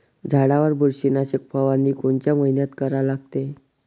झाडावर बुरशीनाशक फवारनी कोनच्या मइन्यात करा लागते?